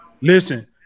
listen